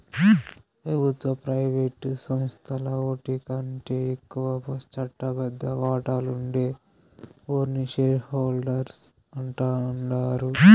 పెబుత్వ, ప్రైవేటు సంస్థల్ల ఓటికంటే ఎక్కువ చట్టబద్ద వాటాలుండే ఓర్ని షేర్ హోల్డర్స్ అంటాండారు